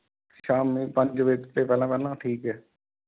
ਸ਼ਾਮ ਪੰਜ ਵਜੇ ਤੋਂ ਪਹਿਲਾਂ ਪਹਿਲਾਂ ਠੀਕ ਹੈ